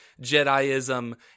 Jediism